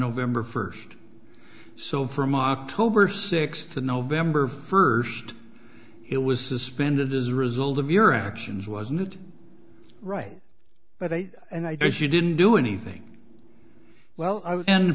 november first so from october sixth to november first it was suspended as a result of your actions wasn't right but i and i guess you didn't do anything well and